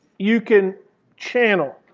you can channel.